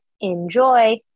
enjoy